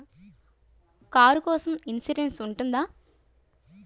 Car కోసం insurance ఉంటుందా?